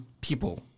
people